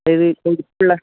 അതായത് ഇപ്പം